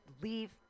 leave